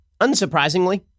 unsurprisingly